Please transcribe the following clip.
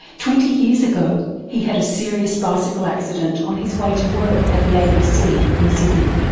twenty years ago he had a serious bicycle accident on his way to work at the abc in sydney.